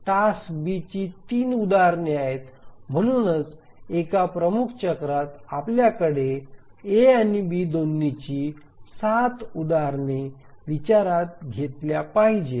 task बीची 3 उदाहरणे आहेत म्हणूनच एका प्रमुख चक्रात आपल्याकडे A आणि B दोन्हीची ७ उदाहरणे विचारात घेतल्या पाहिजेत